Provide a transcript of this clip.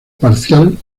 parcial